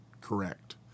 correct